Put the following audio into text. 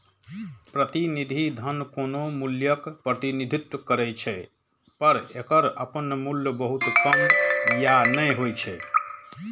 प्रतिनिधि धन कोनो मूल्यक प्रतिनिधित्व करै छै, पर एकर अपन मूल्य बहुत कम या नै होइ छै